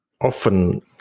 often